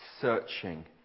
searching